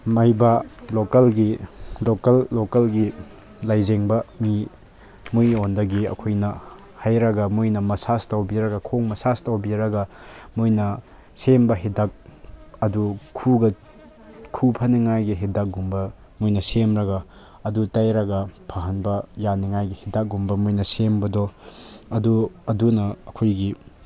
ꯃꯩꯕꯥ ꯂꯣꯀꯦꯜꯒꯤ ꯂꯣꯀꯦꯜ ꯂꯣꯀꯦꯜꯒꯤ ꯂꯥꯏꯌꯦꯡꯕ ꯃꯤ ꯃꯣꯏꯉꯣꯟꯗꯒꯤ ꯑꯩꯈꯣꯏꯅ ꯍꯩꯔꯒ ꯃꯣꯏꯅ ꯃꯁꯥꯁ ꯇꯧꯕꯤꯔꯒ ꯈꯣꯡ ꯃꯁꯥꯁ ꯇꯧꯕꯤꯔꯒ ꯃꯣꯏꯅ ꯁꯦꯝꯕ ꯍꯤꯗꯥꯛ ꯑꯗꯨ ꯈꯨꯎꯒ ꯈꯨꯎ ꯐꯅꯤꯉꯥꯏꯒꯤ ꯍꯤꯗꯥꯛꯒꯨꯝꯕ ꯃꯣꯏꯅ ꯁꯦꯝꯂꯒ ꯑꯗꯨ ꯇꯩꯔꯒ ꯐꯍꯟꯕ ꯌꯥꯅꯤꯉꯥꯏꯒꯤ ꯍꯤꯗꯥꯛꯒꯨꯝꯕ ꯃꯣꯏꯅ ꯁꯦꯝꯕꯗꯣ ꯑꯗꯨ ꯑꯗꯨꯅ ꯑꯩꯈꯣꯏꯒꯤ